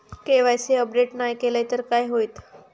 KYC update नाय केलय तर काय होईत?